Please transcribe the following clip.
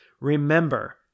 remember